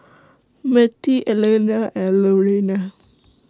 Mertie Elliana and Lurena